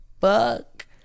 fuck